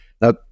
Now